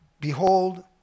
Behold